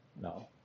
no